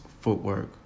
footwork